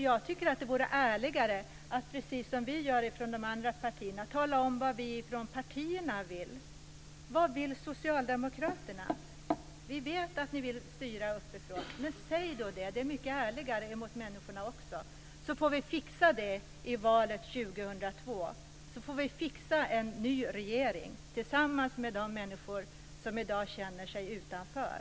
Jag tycker att det vore ärligare att, precis som vi gör från de andra partierna, tala om vad vi från partierna vill. Vad vill socialdemokraterna? Vi vet att ni vill styra uppifrån. Men säg det, det är mycket ärligare mot människorna också, så får vi fixa det i valet 2002, så får vi fixa en ny regering tillsammans med de människor som i dag känner sig utanför.